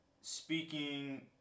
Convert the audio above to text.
speaking